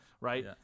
right